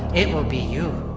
it will be you